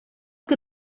que